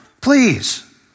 Please